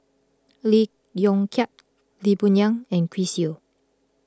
Lee Yong Kiat Lee Boon Yang and Chris Yeo